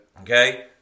Okay